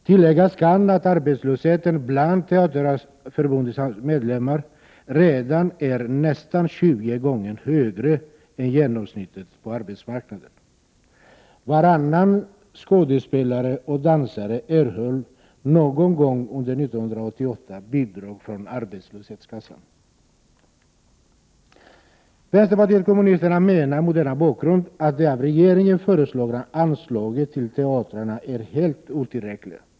Tilläggas kan att arbetslösheten bland Teaterförbundets medlemmar redan är nästan 20 gånger högre än genomsnittet på arbetsmarknaden. Varannan skådespelare och dansare erhöll någon gång under 1988 bidrag från arbetslöshetskassan. Vänsterpartiet kommunisterna menar mot denna bakgrund att de av regeringen föreslagna anslagen till teatrarna är helt otillräckliga.